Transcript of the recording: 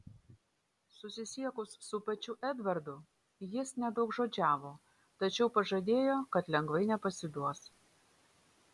susisiekus su pačiu edvardu jis nedaugžodžiavo tačiau pažadėjo kad lengvai nepasiduos